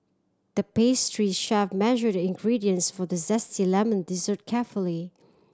the pastry chef measured the ingredients for the zesty lemon dessert carefully